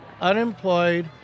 unemployed